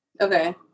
Okay